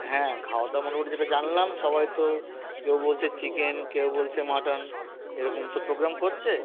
হ্যাঁ খাওয়া দাওয়া মোটামুটি যেটা জানলাম সবাই তো কেউ বলছে চিকেন কেউ বলছে মাটন এরকম তো প্রোগ্রাম করছে